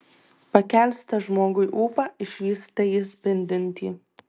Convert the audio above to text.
pakelsite žmogui ūpą išvysite jį spindintį